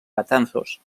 betanzos